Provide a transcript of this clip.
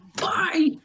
Bye